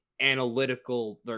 analytical